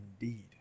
indeed